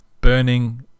Burning